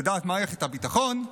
לדעת מערכת הביטחון,